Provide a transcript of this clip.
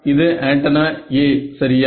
இது antenna A சரியா